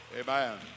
Amen